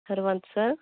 Harwant sir